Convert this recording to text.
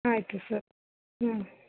ಆಯಿತು ಸರ್ ಹ್ಞೂ